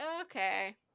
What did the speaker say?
okay